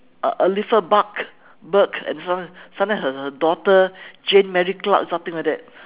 elifa bark berk and sometimes her daughter jane mary clark something like that